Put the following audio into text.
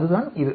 அதுதான் இது